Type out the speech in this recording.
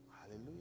Hallelujah